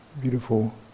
Beautiful